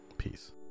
Peace